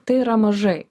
tai yra mažai